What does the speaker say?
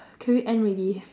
can we end already